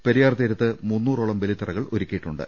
പെരിയാർ തീരത്ത് മുന്നൂറോളം ബലി ത്തറകൾ ഒരുക്കിയിട്ടുണ്ട്